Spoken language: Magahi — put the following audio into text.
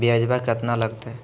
ब्यजवा केतना लगते?